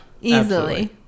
Easily